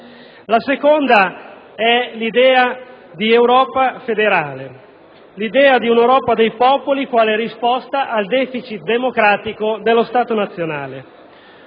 il secondo è l'idea di Europa federale, l'idea di un'Europa dei popoli quale risposta al deficit democratico dello Stato nazionale.